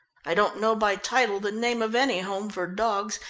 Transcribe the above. i don't know by title the name of any home for dogs,